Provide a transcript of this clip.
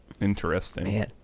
interesting